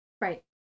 Right